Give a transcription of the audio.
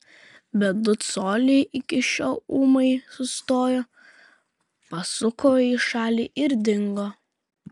bet du coliai iki šio ūmai sustojo pasuko į šalį ir dingo